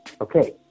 Okay